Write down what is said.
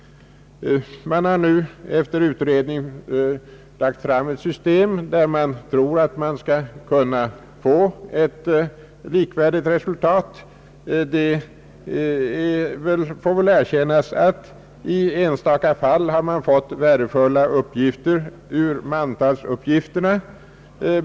Man har nu efter utredning lagt fram ett system, av vilket man tror att man skulle kunna få ett likvärdigt resultat. Det bör väl erkännas att man i enstaka fall har fått värdefulla uppgifter ur mantalsuppgifterna.